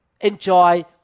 enjoy